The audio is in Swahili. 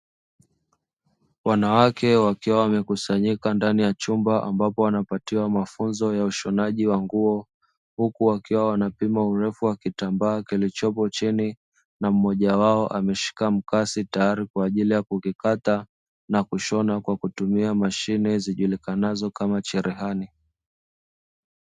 Wanawake wakiwa wamekusanyika ndani ya chumba, ambapo wanapatiwa mafunzo ya ushonaji wa nguo, huku wakiwa wanapima urefu wa kitambaa kilichopo chini, na mmoja wao ameshika mkasi tayari kwa ajili ya kukikata na kushona, kwa kutumia mashine zijulikanazo kama cherehani.